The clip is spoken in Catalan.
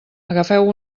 agafeu